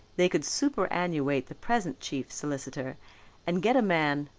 they could superannuate the present chief solicitor and get a man,